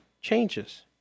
changes